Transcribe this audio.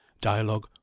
Dialogue